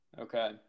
Okay